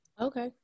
Okay